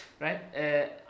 right